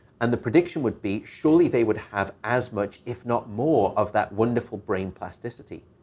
and the prediction would be, surely, they would have as much if not more of that wonderful brain plasticity.